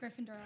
Gryffindor